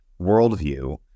worldview